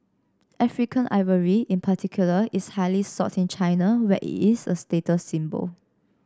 African ivory in particular is highly sought in China where it is a status symbol